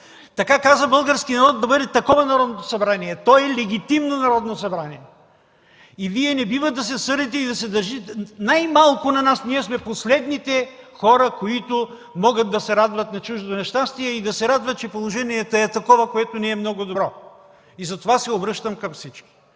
Така каза българският народ, да бъде такова Народното събрание. То е легитимно Народно събрание! Вие не бива да се сърдите, и то най-малко на нас. Ние сме последните хора, които могат да се радват върху чуждото нещастие и да се радват, че положението е такова, което не е много добро. Затова се обръщам към всички,